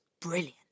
Brilliant